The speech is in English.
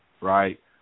right